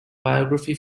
biography